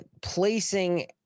placing